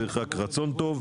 צריך רק רצון טוב.